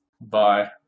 bye